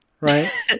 right